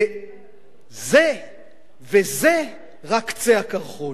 וזה רק קצה הקרחון.